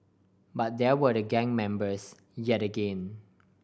but there were the gang members yet again